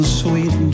sweet